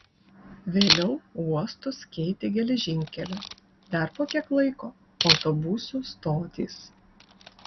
vėliau uostus keitė geležinkelio dar po kiek laiko autobusų stotys